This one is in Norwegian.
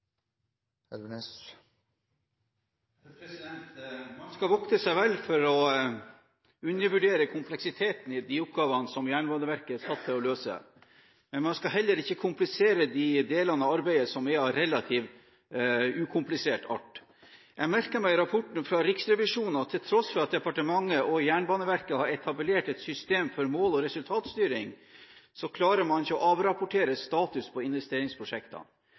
til å løse, men man skal heller ikke komplisere de delene av arbeidet som er av relativt ukomplisert art. Jeg merker meg i rapporten fra Riksrevisjonen at til tross for at departementet og Jernbaneverket har etablert et system for mål- og resultatstyring, klarer man ikke å avrapportere status